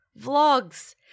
Vlogs